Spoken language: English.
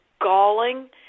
galling